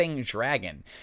dragon